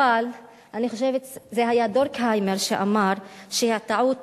אבל אני חושבת, זה היה דורקהיימר שאמר שהטעות